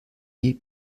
die